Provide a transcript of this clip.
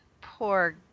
Poor